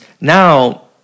now